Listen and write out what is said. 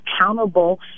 accountable